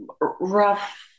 rough